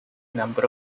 number